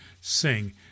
sing